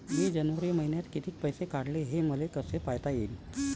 मिन जनवरी मईन्यात कितीक पैसे काढले, हे मले कस पायता येईन?